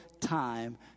time